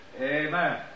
Amen